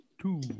two